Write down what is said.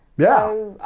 yeah.